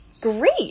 great